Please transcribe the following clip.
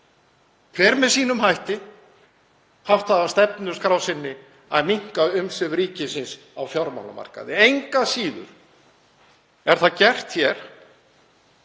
hver með sínum hætti, haft það á stefnuskrá sinni að minnka umsvif ríkisins á fjármálamarkaði. Engu að síður er það gert hér